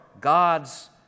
God's